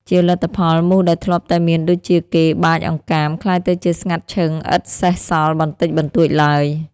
ជាលទ្ធផល មូសដែលធ្លាប់តែមានដូចជាគេបាចអង្កាម ក្លាយទៅជា ស្ងាត់ឈឹងឥតសេសសល់បន្តិចបន្តួចឡើយ។